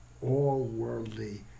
all-worldly